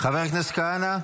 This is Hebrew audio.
חבר הכנסת כהנא,